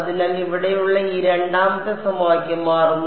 അതിനാൽ ഇവിടെയുള്ള ഈ രണ്ടാമത്തെ സമവാക്യം മാറുന്നു